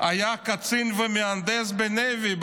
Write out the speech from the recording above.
היה קצין ומהנדס ב-navy,